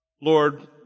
Lord